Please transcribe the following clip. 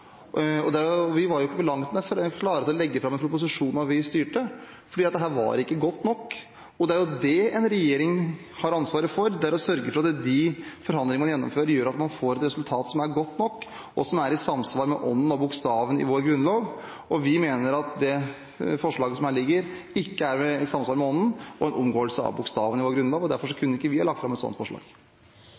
er kanskje tredjevalget. Vi var ikke på langt nær klare til å legge fram en proposisjon da vi styrte, fordi dette ikke var godt nok. Det en regjering har ansvaret for, er å sørge for at de forhandlingene man gjennomfører, fører til at man får et resultat som er godt nok, og som er i samsvar med ånden og bokstaven i vår grunnlov. Vi mener at det forslaget som her foreligger, ikke er i samsvar med ånden og er en omgåelse av bokstaven i vår grunnlov. Derfor kunne ikke vi ha lagt fram et slikt forslag.